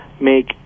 make